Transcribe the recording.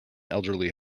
elderly